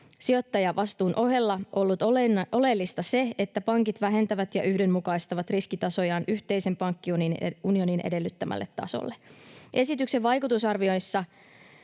sijoittajavastuun ohella ollut oleellista se, että pankit vähentävät ja yhdenmukaistavat riskitasojaan yhteisen pankkiunionin edellyttämälle tasolle. Esityksen vaikutusarvioinnissa